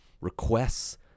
requests